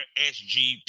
SGP